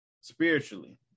spiritually